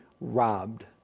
robbed